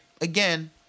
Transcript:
Again